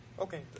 Okay